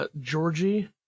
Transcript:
Georgie